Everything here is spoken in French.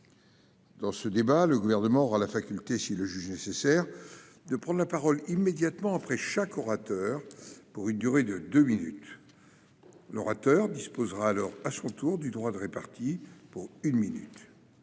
dans ce débat, le Gouvernement aura la faculté, s'il le juge nécessaire, de prendre la parole immédiatement après chaque orateur pour une durée de deux minutes ; l'orateur disposera alors à son tour du droit de répartie, pour une minute.